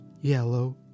yellow